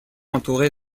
entourée